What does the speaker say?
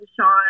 Sean